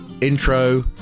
intro